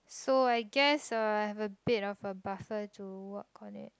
so I guess uh I have a bit of a buffer to work on it